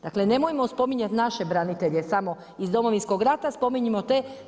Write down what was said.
Dakle, nemojmo spominjati naše branitelje samo iz Domovinskog rata, spominjimo te.